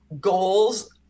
Goals